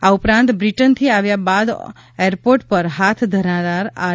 આ ઉપરાંત બ્રિટનથી આવ્યા બાદ એરપોર્ટ પર હાથ ધરાનાર આર